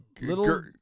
Little